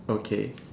okay